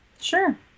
Sure